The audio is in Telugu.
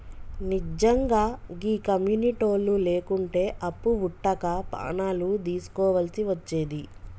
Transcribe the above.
నిజ్జంగా గీ కమ్యునిటోళ్లు లేకుంటే అప్పు వుట్టక పానాలు దీస్కోవల్సి వచ్చేది